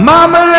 Mama